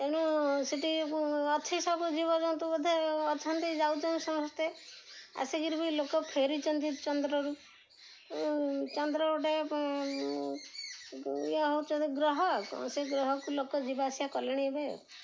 ତେଣୁ ସେଠି ଅଛି ସବୁ ଜୀବଜନ୍ତୁ ବୋଧେ ଅଛନ୍ତି ଯାଉଛନ୍ତି ସମସ୍ତେ ଆସିକିରି ବି ଲୋକ ଫେରିଛନ୍ତି ଚନ୍ଦ୍ରରୁ ଚନ୍ଦ୍ର ଗୋଟେ ଇଏ ହଉଛନ୍ତି ଗ୍ରହ ସେ ଗ୍ରହକୁ ଲୋକ ଯିବାଆସିବା କଲେଣି ଏବେ ଆଉ